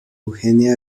eugenia